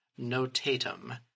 notatum